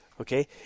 Okay